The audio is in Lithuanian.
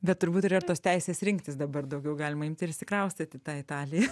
bet turbūt yra ir tos teisės rinktis dabar daugiau galima imt ir išsikraustyt į tą italiją